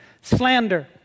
Slander